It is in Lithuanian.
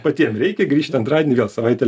patiem reikia grįžt antradienį vėl savaitė